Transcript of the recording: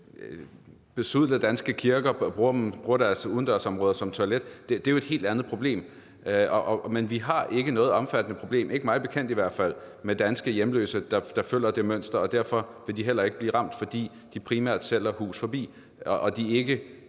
besudler danske kirker ved at bruge deres udendørsområder som toilet, er jo et helt andet problem. Men vi har ikke noget omfattende problem – ikke mig bekendt i hvert fald – med danske hjemløse, der følger det mønster, og derfor vil de heller ikke blive ramt, fordi de primært sælger Hus Forbi og de ikke